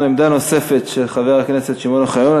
עמדה נוספת של חבר הכנסת שמעון אוחיון.